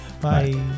Bye